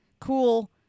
cool